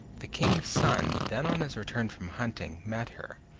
the king's son, then on his return from hunting, met her,